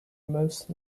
most